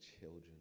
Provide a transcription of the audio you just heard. children